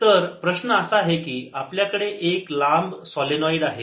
तर प्रश्न असा आहे की आपल्याकडे एक लांब सोलेनोईड आहे